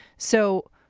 so